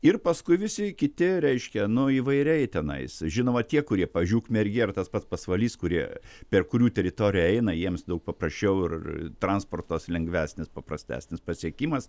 ir paskui visi kiti reiškia nu įvairiai tenais žinoma tie kurie pažiū ukmergė ar tas pats pasvalys kurie per kurių teritoriją eina jiems daug paprasčiau ir transportas lengvesnis paprastesnis pasiekimas